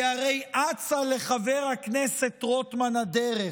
כי הרי אצה לחבר הכנסת רוטמן הדרך.